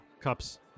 cups